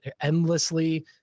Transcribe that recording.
endlessly